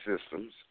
systems